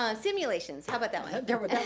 ah simulations, how about that one.